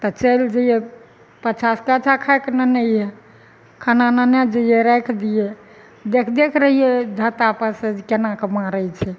तऽ चैलि जैयै पछा सँ तऽ अच्छा खाएके नेने आयहे खाना नेने जैयै राखि दियै देख देख रहियै ओहि हत्ता पर सँ जे केना कऽ मारै छै